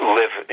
live